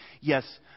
yes